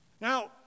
Now